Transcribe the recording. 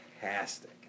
fantastic